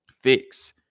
fix